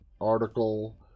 article